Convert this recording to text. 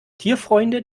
tierfreunde